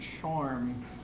charm